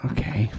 Okay